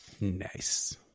Nice